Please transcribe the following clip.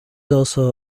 also